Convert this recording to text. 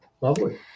Lovely